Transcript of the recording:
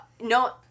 No